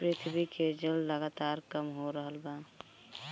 पृथ्वी के जल लगातार कम हो रहल बा